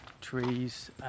trees